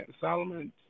Solomon